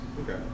Okay